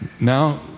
now